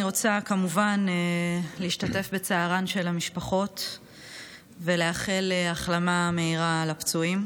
אני רוצה כמובן להשתתף בצערן של המשפחות ולאחל החלמה מהירה לפצועים.